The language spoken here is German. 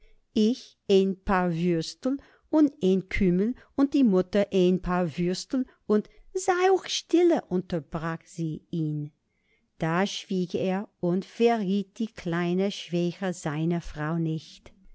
ich een paar würstel und een kümmel und die mutter een paar würstel und sei ock stille unterbrach sie ihn da schwieg er und verriet die kleine schwäche seiner frau nicht